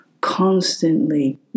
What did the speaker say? constantly